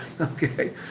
Okay